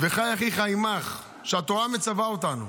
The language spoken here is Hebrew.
"וחי אחיך עמך", התורה מצווה אותנו.